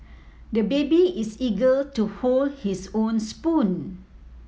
the baby is eager to hold his own spoon